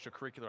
extracurricular